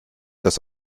dass